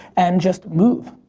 and just move.